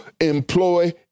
employ